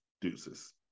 Deuces